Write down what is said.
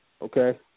okay